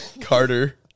Carter